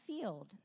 field